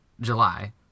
July